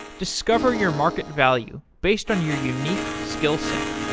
discover your market value based on your unique skillset.